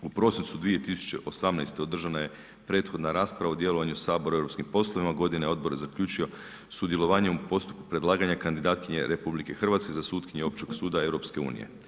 U prosincu 2018. održana je prethodna rasprava o djelovanju Sabora u europskim poslovima, godinu je odbor zaključio sudjelovanjem u postupku predlaganja kandidatkinje RH za sutkinju Općeg suda EU.